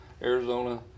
Arizona